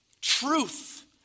truth